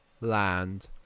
Land